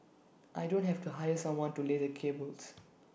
I don't have to hire someone to lay the cables